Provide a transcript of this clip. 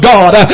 God